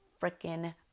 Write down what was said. freaking